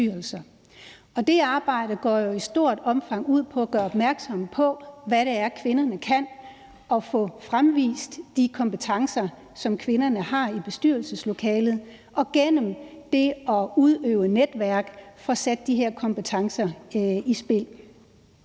Det arbejde går jo i stort omfang ud på at gøre opmærksom på, hvad det er, kvinderne kan, og få fremvist de kompetencer, som kvinderne har i bestyrelseslokalet, og igennem det at udøve netværk få sat de her kompetencer i spil.